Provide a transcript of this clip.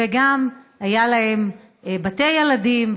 והיו להם גם בתי ילדים,